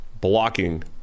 blocking